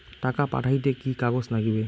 টাকা পাঠাইতে কি কাগজ নাগীবে?